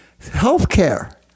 healthcare